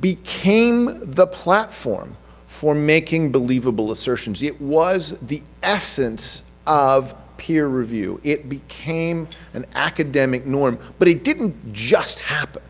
became the platform for making believable assertions. it was the essence of peer review. it became an academic norm, but it didn't just happen